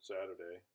Saturday